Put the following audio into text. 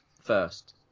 first